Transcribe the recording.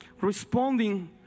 Responding